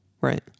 right